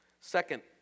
Second